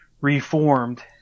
reformed